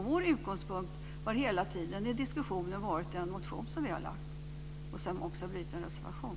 Vår utgångspunkt har hela tiden i diskussionen varit den motion som vi har väckt och som också har blivit en reservation.